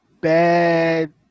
bad